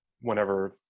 whenever